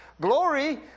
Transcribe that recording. Glory